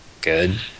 good